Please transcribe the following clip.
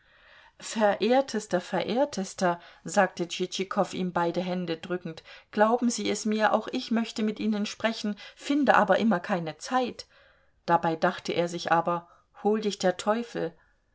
verehrtester verehrtester sagte tschitschikow ihm beide hände drückend glauben sie es mir auch ich möchte mit ihnen sprechen finde aber immer keine zeit dabei dachte er sich aber hol dich der teufel